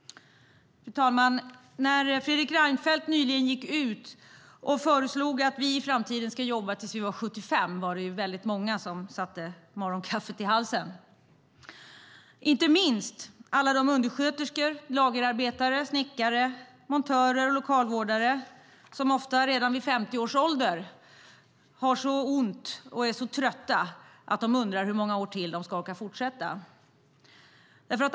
Fru talman! När Fredrik Reinfeldt nyligen gick ut och föreslog att vi i framtiden ska jobba tills vi är 75 var det väldigt många som satte morgonkaffet i halsen, inte minst alla de undersköterskor, lagerarbetare, snickare, montörer och lokalvårdare som ofta redan vid 50 års ålder har så ont och är så trötta att de undrar hur många år till de ska orka fortsätta.